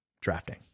drafting